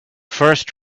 first